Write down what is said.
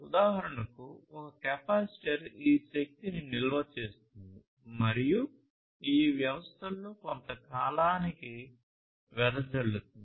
ఉదాహరణకు ఒక కెపాసిటర్ ఈ శక్తిని నిల్వ చేస్తుంది మరియు ఈ వ్యవస్థలలో కొంత కాలానికి వెదజల్లుతుంది